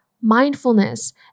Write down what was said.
mindfulness